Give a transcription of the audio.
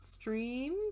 stream